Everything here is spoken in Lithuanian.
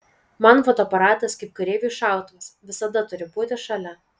man fotoaparatas kaip kareiviui šautuvas visada turi būti šalia